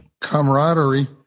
camaraderie